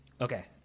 okay